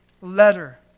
letter